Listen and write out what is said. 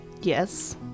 yes